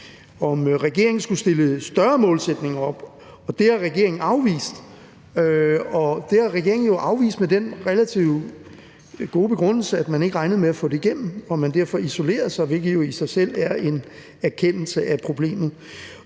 om regeringen skulle stille større målsætninger op. Det har regeringen afvist, og det har regeringen jo afvist med den relativt gode begrundelse, at man ikke regnede med at få det igennem, og at man derfor ville isolere sig, hvilket jo i sig selv er en erkendelse af problemet.